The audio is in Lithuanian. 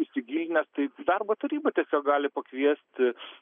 įsigilinęs tai darbo taryba tiesiog gali pakviesti